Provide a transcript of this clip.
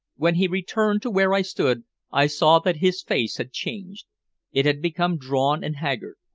when he returned to where i stood i saw that his face had changed it had become drawn and haggard.